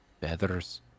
feathers